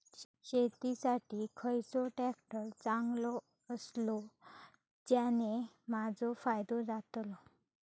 शेती साठी खयचो ट्रॅक्टर चांगलो अस्तलो ज्याने माजो फायदो जातलो?